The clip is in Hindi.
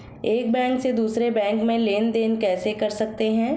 एक बैंक से दूसरे बैंक में लेनदेन कैसे कर सकते हैं?